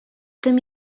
tym